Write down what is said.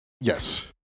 Yes